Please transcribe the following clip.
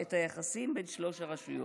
ואת היחסים בין שלוש הרשויות.